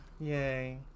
yay